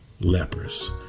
lepers